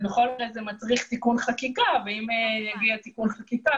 זה מצריך תיקון חקיקה ואם יגיע תיקון חקיקה,